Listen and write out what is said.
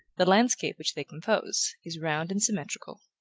the landscape which they compose, is round and symmetrical.